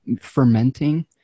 fermenting